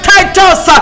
Titus